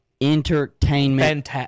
entertainment